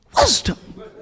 wisdom